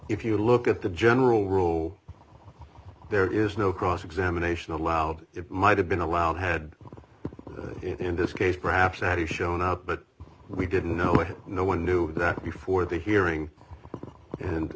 if you look at the general rule there is no cross examination allowed it might have been allowed had in this case perhaps that is shown out but we didn't know it no one knew that before the hearing and